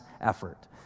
effort